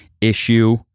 issue